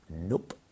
Nope